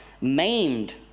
maimed